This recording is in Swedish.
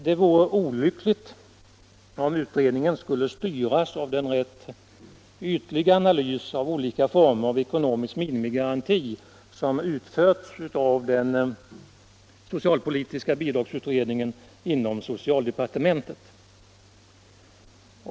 Det vore olyckligt om utredningen skulle styras av den rätt ytliga analys av olika former av ekonomisk minimigaranti som utförts av den socialpolitiska bidragsutredningen inom socialdepartementet.